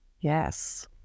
Yes